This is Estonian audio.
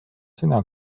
sina